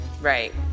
Right